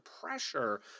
pressure